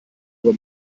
aber